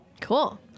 Cool